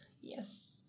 Yes